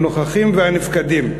הנוכחים והנפקדים,